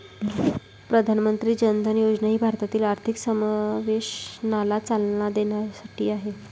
प्रधानमंत्री जन धन योजना ही भारतातील आर्थिक समावेशनाला चालना देण्यासाठी आहे